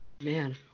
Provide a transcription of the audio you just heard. Man